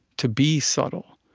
to be subtle,